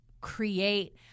create